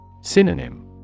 Synonym